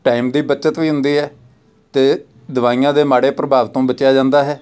time ਦੀ ਬੱਚਤ ਵੀ ਹੁੰਦੀ ਹੈ ਅਤੇ ਦਵਾਈਆਂ ਦੇ ਮਾੜੇ ਪ੍ਰਭਾਵ ਤੋਂ ਬਚਿਆ ਜਾਂਦਾ ਹੈ